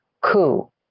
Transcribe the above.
coup